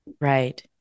right